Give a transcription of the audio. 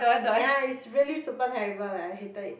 ya is really super terrible leh I hated it